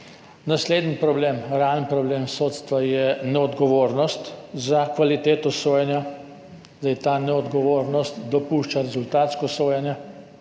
Naslednji problem, realen problem sodstva je neodgovornost za kvaliteto sojenja. Ta neodgovornost dopušča rezultatsko sojenje,